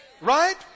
right